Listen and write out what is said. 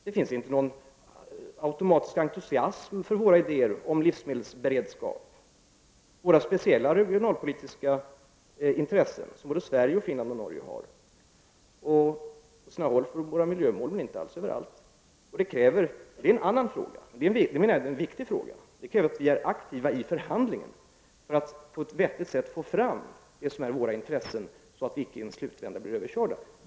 Det finns inte någon automatisk entusiasm för våra idéer om livsmedelsberedskap och de speciella regionalpolitiska intressen som Sverige, Finland och Norge har eller för våra miljömål. Detta kräver, vilket är en annan och viktig fråga, att vi är aktiva i förhand lingen för att på ett vettigt sätt få fram våra intressen, så att vi icke i slutvändan blir överkörda.